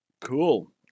Cool